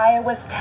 Iowa's